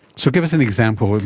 so give us an example.